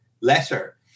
letter